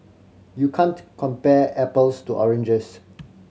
you can't compare apples to oranges